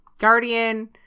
guardian